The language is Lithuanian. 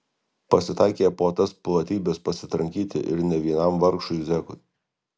pasitaikė po tas platybes pasitrankyti ir ne vienam vargšui zekui